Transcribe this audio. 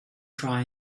try